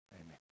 Amen